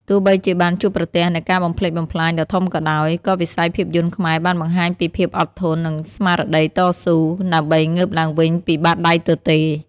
ទោះបីជាបានជួបប្រទះនូវការបំផ្លិចបំផ្លាញដ៏ធំក៏ដោយ ក៏វិស័យភាពយន្តខ្មែរបានបង្ហាញពី ភាពអត់ធន និងស្មារតីតស៊ូ ដើម្បីងើបឡើងវិញពីបាតដៃទទេ។